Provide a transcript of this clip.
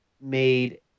made